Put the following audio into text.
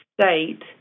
state